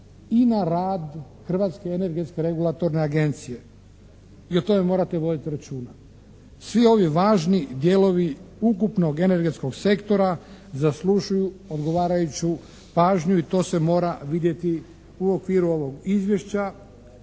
i na rad Hrvatske energetske regulatorne agencije. I o tome morate voditi računa. Svi ovi važni dijelovi ukupnog energetskog sektora zaslužuju odgovarajuću pažnju i to se mora vidjeti u okviru ovog izvješća